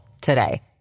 today